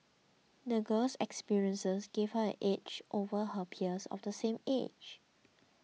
the girl's experiences gave her an edge over her peers of the same age